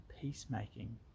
peacemaking